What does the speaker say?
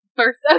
first